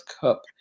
Cup